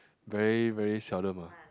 very very seldom ah